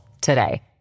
today